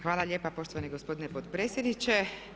Hvala lijepa poštovani gospodine potpredsjedniče.